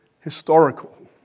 historical